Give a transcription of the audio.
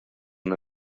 una